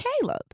Caleb